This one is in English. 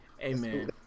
Amen